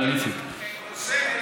אני חוזר.